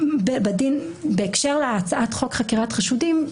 בהקשר להצעת חוק חקירת חשודים,